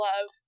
love